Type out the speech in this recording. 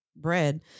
bread